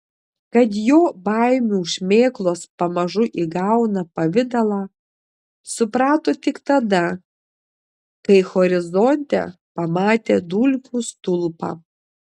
kad jo baimių šmėklos pamažu įgauna pavidalą suprato tik tada kai horizonte pamatė dulkių stulpą